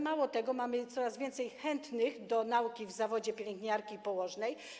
Mało tego, mamy coraz więcej chętnych do nauki w zawodzie pielęgniarki i położnej.